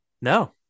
No